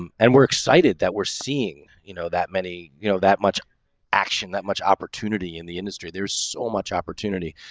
um and we're excited that we're seeing you know, that many you know, that much action, that much opportunity in the industry, there's so much opportunity.